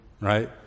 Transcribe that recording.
right